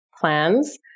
plans